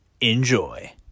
Enjoy